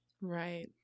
Right